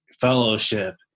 fellowship